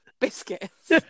Biscuits